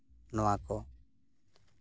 ᱱᱚᱶᱟᱠᱚ